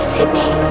Sydney